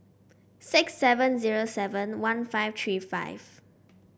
six seven zero seven one five three five